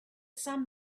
some